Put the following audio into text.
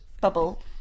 bubble